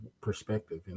perspective